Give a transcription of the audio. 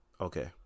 okay